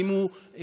אם הוא נוצרי,